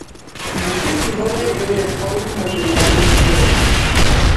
visi į valdžią eina ieškodami materialinės gerovės